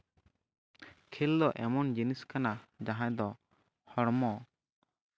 ᱠᱷᱮᱞ ᱫᱚ ᱮᱢᱚᱱ ᱡᱤᱱᱤᱥ ᱠᱟᱱᱟ ᱡᱟᱦᱟᱸᱭ ᱫᱚ ᱦᱚᱲᱢᱚ